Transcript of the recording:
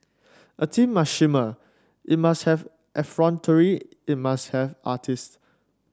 a team must shimmer it must have effrontery it must have artists